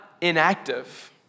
inactive